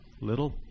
little